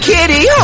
Kitty